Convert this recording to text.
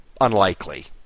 unlikely